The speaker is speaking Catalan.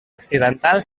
occidental